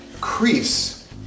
crease